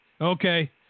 Okay